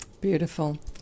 Beautiful